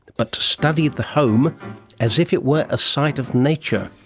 but to study the home as if it were a site of nature.